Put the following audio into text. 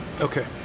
Okay